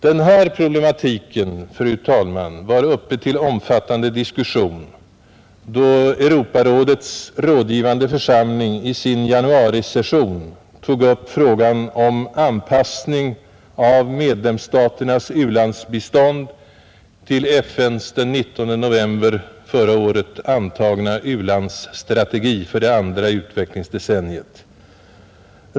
Denna problematik var, fru talman, uppe till omfattande diskussion då Europarådets rådgivande församling i sin januarisession tog upp frågan om anpassning av medlemsstaternas u-landsbistånd till FN:s den 19 november förra året antagna u-landsstrategi för det andra utvecklingsdecenniet.